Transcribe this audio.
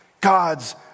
God's